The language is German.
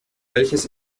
welches